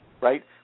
right